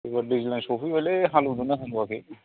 एबार दैज्लां सफैबायलै हालौदोंना हालौवाखै